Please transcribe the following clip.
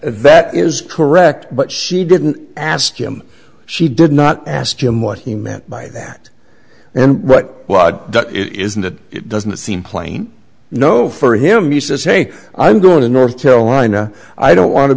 yvette is correct but she didn't ask him she did not ask him what he meant by that and what it isn't that it doesn't seem plain no for him he says hey i'm going to north carolina i don't want to